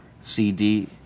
CD